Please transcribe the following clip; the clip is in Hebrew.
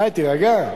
די, תירגע.